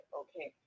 okay